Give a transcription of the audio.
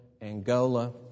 Angola